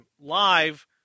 live